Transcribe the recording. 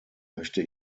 möchte